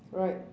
right